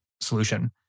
solution